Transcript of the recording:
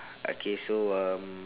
okay so um